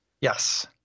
Yes